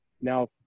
Now